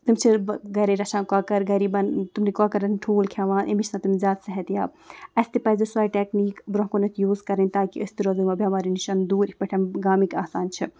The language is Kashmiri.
تِم چھِ گَرے رَچھان کۄکَر گَری تِمنٕے کۄکرَن ٹھوٗل کھٮ۪وان اَمی چھِ آسان تِم زیادٕ صحتیاب اَسہِ تہِ پَزِ سۄے ٹٮ۪کنیٖک برونٛہہ کُنَتھ یوٗز کَرٕنۍ تاکہِ أسۍ تہِ روزو یِمو بٮ۪ماریو نِش دوٗر یِتھ پٲٹھۍ گامٕکۍ آسان چھِ